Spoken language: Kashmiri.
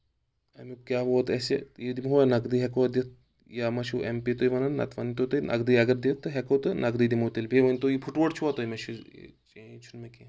اَمیُک کیاہ ووت اَسہِ یہِ دِمہو نقدٕے ہؠکوا دِتھ یا ما چھُو ایم پے تُہۍ وَنان نتہٕ ؤنۍ تو تُہۍ نقدٕے اگر دِتھ تہٕ ہؠکو تہٕ نقدٕے دِمہو تیٚلہِ بیٚیہِ ؤنۍ تو یہِ فٔٹووٹھ چھُوا تۄہہِ مےٚ چھُ چینٛج چھُنہٕ مےٚ کینٛہہ